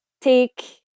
take